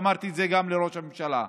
ואמרתי את זה גם לראש הממשלה: